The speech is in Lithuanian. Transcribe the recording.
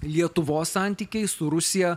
lietuvos santykiai su rusija